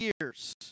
years